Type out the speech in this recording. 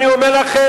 אני אומר לכם,